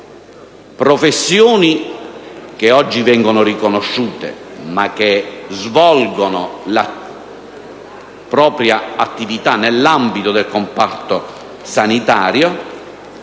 professioni oggi riconosciute ma che svolgono la propria attività nell'ambito del comparto sanitario,